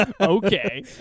Okay